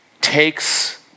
takes